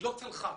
לא צלחה.